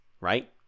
right